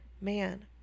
man